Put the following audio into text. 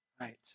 right